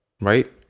right